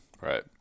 Right